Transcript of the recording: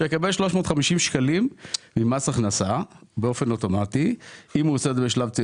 שיקבל 350 שקלים ממס הכנסה באופן אוטומטי אם הוא עושה את זה בשלב.